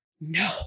no